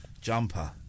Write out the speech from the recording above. jumper